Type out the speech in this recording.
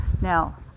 Now